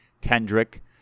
Kendrick